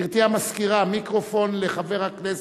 גברתי המזכירה, מיקרופון לחבר הכנסת.